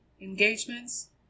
engagements